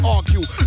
Argue